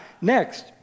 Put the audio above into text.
next